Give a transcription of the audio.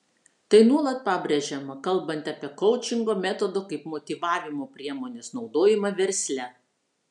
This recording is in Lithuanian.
tai nuolat pabrėžiama kalbant apie koučingo metodo kaip motyvavimo priemonės naudojimą versle